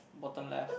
bottom left